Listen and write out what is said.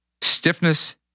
stiffness